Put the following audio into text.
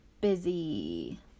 busy